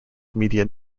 media